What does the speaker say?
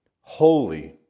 Holy